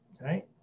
right